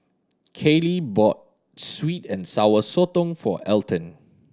Kalie bought sweet and Sour Sotong for Elton